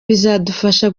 bizadufasha